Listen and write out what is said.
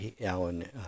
Alan